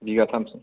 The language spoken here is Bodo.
बिगाथामसो